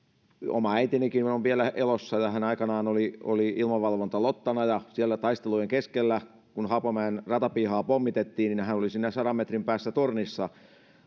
oma äitinikin on vielä elossa ja hän aikanaan oli oli ilmavalvontalottana ja siellä taistelujen keskellä kun haapamäen ratapihaa pommitettiin hän oli siinä sadan metrin päässä tornissa